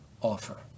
offer